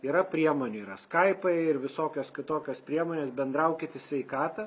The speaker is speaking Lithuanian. yra priemonių yra skaipai ir visokios kitokios priemonės bendraukit į sveikatą